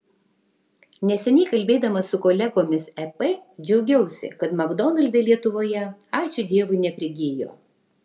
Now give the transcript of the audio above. neseniai kalbėdama su kolegomis ep džiaugiausi kad makdonaldai lietuvoje ačiū dievui neprigijo